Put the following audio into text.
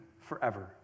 forever